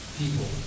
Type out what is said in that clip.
people